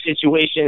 situation